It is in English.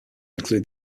include